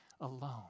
alone